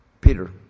Peter